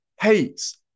hates